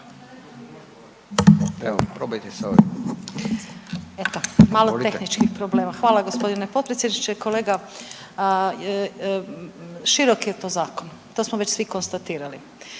Maja (HDZ)** Malo tehničkih problema. Hvala gospodine potpredsjedniče. Kolega širok je to zakon, to smo već svi konstatirali.